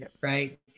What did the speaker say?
right